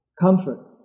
comfort